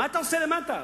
מה אתה עושה למטה?